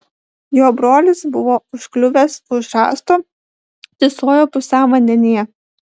jo brolis buvo užkliuvęs už rąsto tysojo pusiau vandenyje